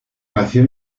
nació